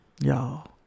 Y'all